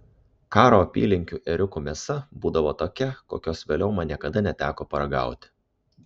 karo apylinkių ėriukų mėsa būdavo tokia kokios vėliau man niekada neteko paragauti